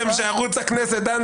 נמשיך.